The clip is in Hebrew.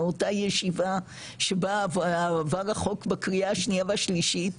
מאותה ישיבה שבה עבר החוק בקריאה השנייה והשלישית,